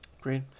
Great